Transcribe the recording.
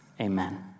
Amen